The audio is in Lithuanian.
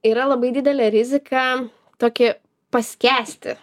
yra labai didelė rizika tokį paskęsti